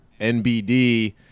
NBD